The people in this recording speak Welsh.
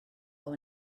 ond